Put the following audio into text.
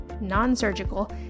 non-surgical